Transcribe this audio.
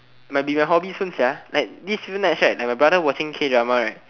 might be my hobby soon sia like these few nights right when my brother watching K drama right